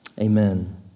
Amen